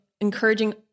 encouraging